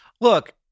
Look